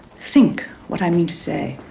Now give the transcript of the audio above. think what i mean to say.